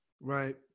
right